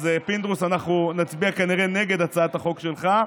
אז פינדרוס, אנחנו נצביע כנראה נגד הצעת החוק שלך,